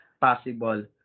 possible